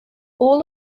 all